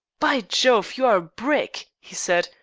by jove, you are a brick, he said.